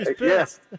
Yes